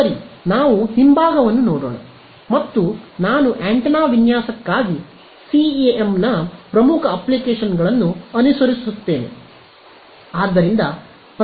ಸರಿ ನಾವು ಹಿಂಭಾಗವನ್ನು ನೋಡೋಣ ಮತ್ತು ನಾನು ಆಂಟೆನಾ ವಿನ್ಯಾಸಕ್ಕಾಗಿ ಸಿಇಎಂನ ಪ್ರಮುಖ ಅಪ್ಲಿಕೇಶನ್ಗಳನ್ನು ಅನುಸರಿಸುತ್ತೇನೆ